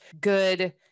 good